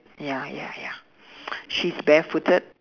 ya ya ya she's barefooted